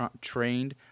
trained